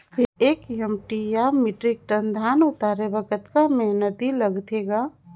एक एम.टी या metric tonne धन उतारे बर कतका मेहनती लगथे ग?